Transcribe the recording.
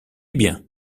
bien